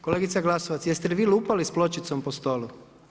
Kolegice Glasovac jeste li vi lupali s pločicom po stolu?